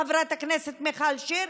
חברת הכנסת מיכל שיר?